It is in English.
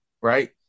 Right